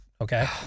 Okay